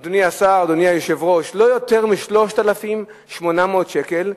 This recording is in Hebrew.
אדוני השר, אדוני היושב-ראש, לא יותר מ-3,800 שקל,